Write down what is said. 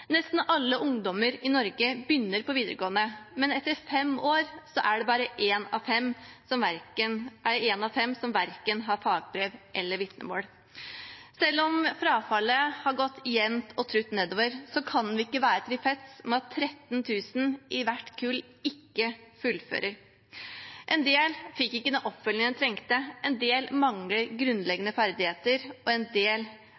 Nesten alle ungdommer i Norge begynner på videregående, men etter fem år er det én av fem som verken har fagbrev eller vitnemål. Selv om frafallet har gått jevnt og trutt nedover, kan vi ikke være tilfreds med at 13 000 i hvert kull ikke fullfører. En del fikk ikke den oppfølgingen de trengte, en del mangler grunnleggende ferdigheter, og en del